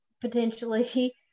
potentially